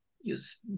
use